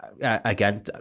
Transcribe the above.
again